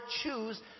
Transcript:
choose